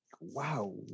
wow